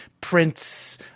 Prince –